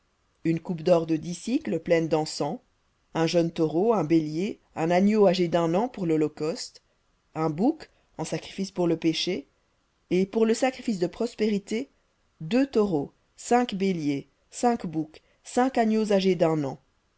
une coupe d'or de dix pleine dencens un jeune taureau un bélier un agneau âgé d'un an pour lholocauste un bouc en sacrifice pour le péché et pour le sacrifice de prospérités deux taureaux cinq béliers cinq boucs cinq agneaux âgés d'un an